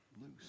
loose